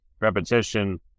repetition